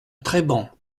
treban